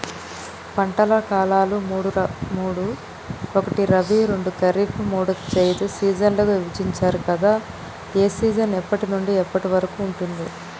పంటల కాలాలు మూడు ఒకటి రబీ రెండు ఖరీఫ్ మూడు జైద్ సీజన్లుగా విభజించారు కదా ఏ సీజన్ ఎప్పటి నుండి ఎప్పటి వరకు ఉంటుంది?